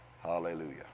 hallelujah